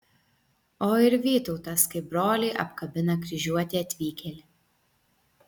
o ir vytautas kaip brolį apkabina kryžiuotį atvykėlį